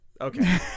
Okay